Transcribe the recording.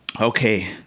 Okay